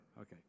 Okay